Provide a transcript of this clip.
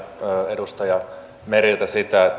edustaja mereltä sitä että